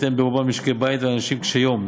ריבית הם ברובם משקי-הבית ואנשים קשי-יום,